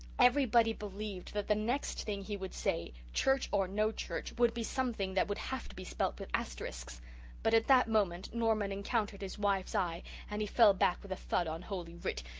everybody believed that the next thing he would say, church or no church, would be something that would have to be spelt with asterisks but at that moment norman encountered his wife's eye and he fell back with a thud on holy writ.